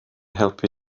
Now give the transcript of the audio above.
helpu